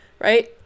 right